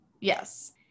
Yes